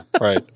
right